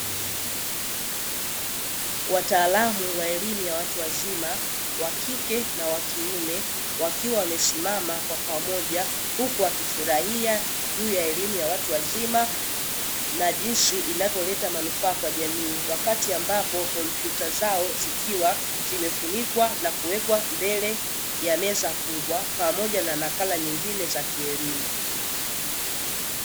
Wataalamu wa elimu ya watu wazima, wa kike na wa kiume; wakiwa wamesimama pamoja huku wakifurahia juu elimu ya watu wazima na jinsi inavyoleta manufaa kwa jamii, wakati ambapo kompyuta zao zikiwa zimefunikwa na kuwekwa mbele ya meza kubwa pamoja na nakala nyingine za kielimu.